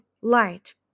light